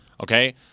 Okay